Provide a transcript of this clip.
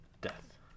Death